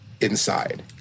inside